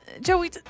Joey